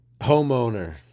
homeowner